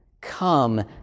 come